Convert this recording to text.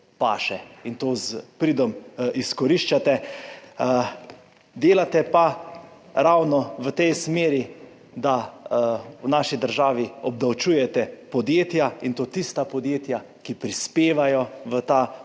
paše in to s pridom izkoriščate. Delate pa ravno v tej smeri, da v naši državi obdavčujete podjetja in to tista podjetja, ki prispevajo v ta